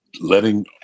letting